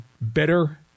better